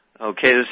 Okay